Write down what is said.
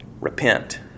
Repent